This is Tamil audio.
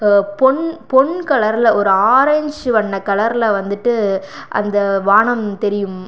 பொன் பொன் கலரில் ஒரு ஆரஞ்ச் வண்ண கலரில் வந்துட்டு அந்த வானம் தெரியும்